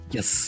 Yes